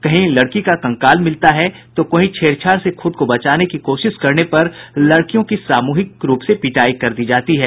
कहीं लड़की का कंकाल मिलता हैं तो कहीं छेड़छाड़ से खूद को बचाने की कोशिश करने पर लड़कियों की सामूहिक रूप से पिटायी कर दी जाती है